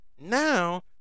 now